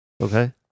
Okay